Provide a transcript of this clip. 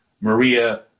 Maria